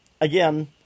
again